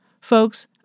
Folks